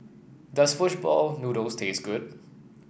does fish ball noodles taste good